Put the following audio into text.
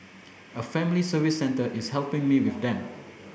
a family service centre is helping me with them